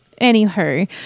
Anywho